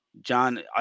John